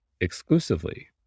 exclusively